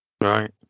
Right